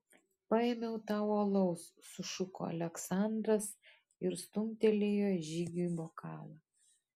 paėmiau tau alaus sušuko aleksandras ir stumtelėjo žygiui bokalą